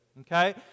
okay